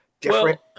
different